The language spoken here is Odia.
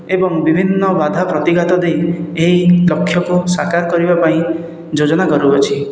ଏବଂ ବିଭିନ୍ନ ବାଧା ପ୍ରତିଘାତ ଦେଇ ଏହି ଲକ୍ଷ୍ୟକୁ ସାକାର କରିବା ପାଇଁ ଯୋଜନା କରୁଅଛି